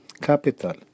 capital